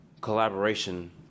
collaboration